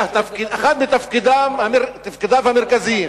שאחד מתפקידיו המרכזיים